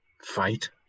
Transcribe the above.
Fight